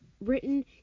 written